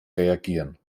reagieren